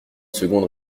seconde